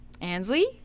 Ansley